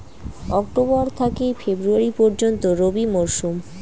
October থাকি February পর্যন্ত রবি মৌসুম